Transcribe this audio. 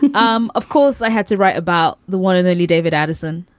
and um of course, i had to write about the one and only david addison,